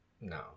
no